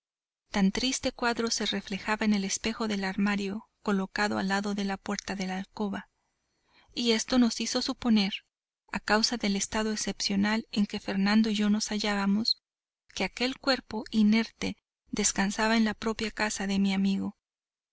tan triste cuadro se reflejaba en el espejo del armario colocado al lado de la puerta de la alcoba y esto nos hizo suponer a causa del estado excepcional en que fernando y yo nos hallábamos que aquel cuerpo inerte descansaba en la propia casa de mi amigo